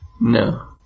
No